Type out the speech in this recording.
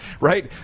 right